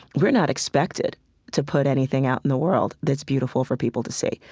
we're not expected to put anything out in the world that's beautiful for people to see.